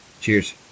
Cheers